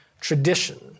tradition